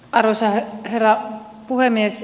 arvoisa herra puhemies